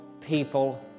people